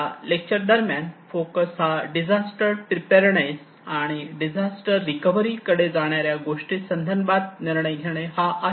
या लेक्चर दरम्यान फोकस हा डिझास्टर प्रीपेअर्डनेस आणि डिझास्टर रिकव्हरी कडे जाणाऱ्या गोष्टी संदर्भात निर्णय घेणे हा आहे